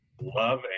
Love